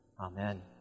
Amen